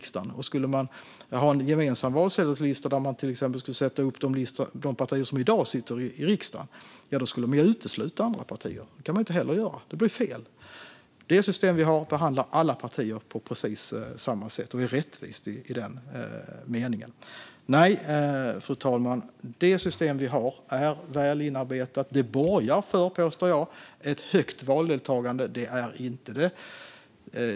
Skulle man ha ett gemensamt valsedelsregister, där man bara skulle sätta upp de partier som i dag sitter i riksdagen, skulle man ju utesluta andra partier. Det kan man inte göra; det blir fel. Det system vi har behandlar alla partier på precis samma sätt och är rättvist i den meningen. Nej, fru talman, det system vi har är väl inarbetat, och det borgar för, påstår jag, ett högt valdeltagande.